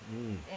mm